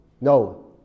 No